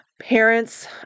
Parents